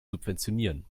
subventionieren